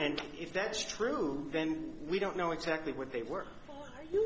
and if that's true then we don't know exactly where they were you